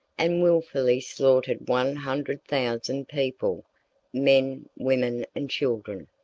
and wilfully slaughtered one hundred thousand people men, women, and children.